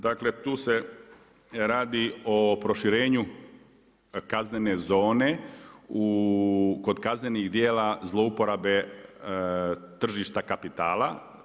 Dakle, tu se radi o proširenju kaznene zone kod kaznenih djela zlouporabe tržišta kapitala.